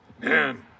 man